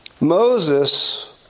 Moses